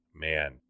man